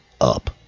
Up